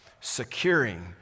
securing